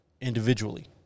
individually